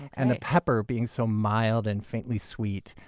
and the pepper, being so mild and faintly sweet,